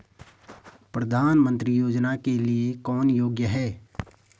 प्रधानमंत्री योजना के लिए कौन योग्य है?